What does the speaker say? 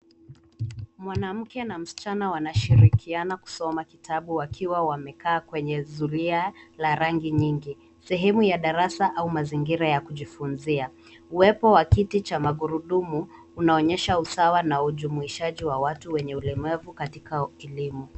Mwanamke na msichana wanashirikina kusoma kitabu wakiwa wamekaa kwenye zulia la rangi nyingi. Sehemu ya darasa au mazingira ya kujifunza. Uwepo wa kiti cha magurudumu unaonyesha usawa na ujumuishaji wa watu wenye ulimevu katika elimu.